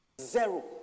Zero